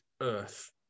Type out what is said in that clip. earth